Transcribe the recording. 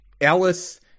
Alice